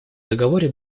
договоре